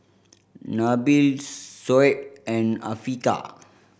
Nabil Shoaib and Afiqah